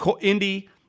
Indy